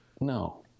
No